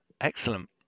Excellent